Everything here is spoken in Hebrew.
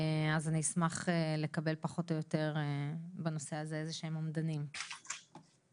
אני אשמח לקבל פחות או יותר איזשהם אומדנים בנושא הזה.